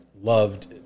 loved